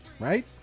Right